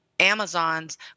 amazon's